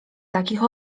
takich